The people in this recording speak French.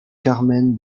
carmen